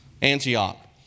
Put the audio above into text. Antioch